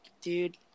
dude